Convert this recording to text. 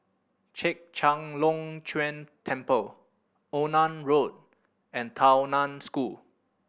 Chek Chai Long Chuen Temple Onan Road and Tao Nan School